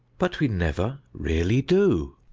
but we never really do.